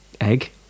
Egg